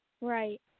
Right